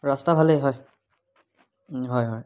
ৰাস্তা ভালেই হয় হয় হয়